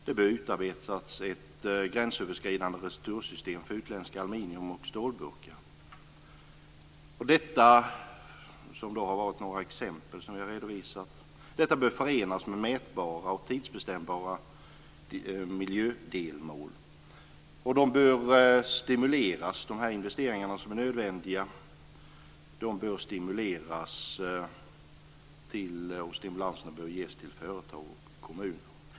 Det bör utarbetas ett gränsöverskridande retursystem för utländska aluminium och stålburkar. Detta är några exempel. Detta bör förenas med mätbara och tidsbestämbara miljödelmål. De investeringar som är nödvändiga bör stimuleras, och stimulans bör ges till företag och kommuner.